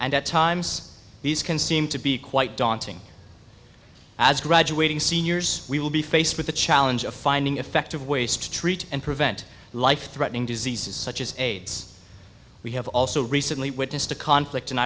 and at times these can seem to be quite daunting as graduating seniors we will be faced with the challenge of finding effective ways to treat and prevent life threatening diseases such as aids we have also recently witnessed a conflict in